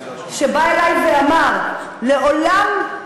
שבא אלי ואמר: מעולם,